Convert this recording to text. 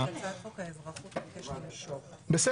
הצעת חוק האזרחות --- בסדר.